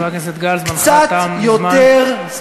קצת יותר, חבר הכנסת גל, זמנך תם מזמן.